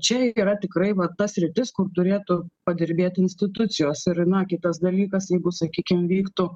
čia yra tikrai va ta sritis kur turėtų padirbėt institucijos ir na kitas dalykas jeigu sakykim vyktų